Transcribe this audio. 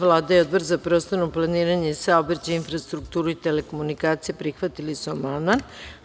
Vlada i Odbor za prostorno planiranje, saobraćaj, infrastrukturu i telekomunikacije prihvatili su amandman.